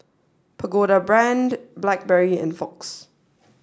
Pagoda Brand Blackberry and Fox